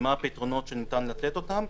ומה הפתרונות שניתן לתת אותם,